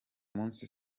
munsi